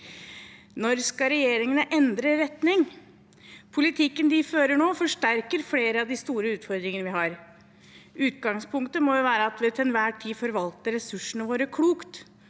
skal regjeringen endre retning? Politikken den fører nå, forsterker flere av de store utfordringene vi har. Utgangspunktet må være at vi til enhver tid forvalter ressursene våre klokt.